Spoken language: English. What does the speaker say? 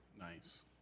nice